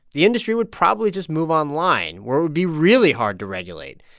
the industry would probably just move online, where it would be really hard to regulate.